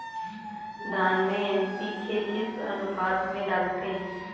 धान में एन.पी.के किस अनुपात में डालते हैं?